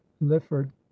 lifford